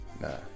nah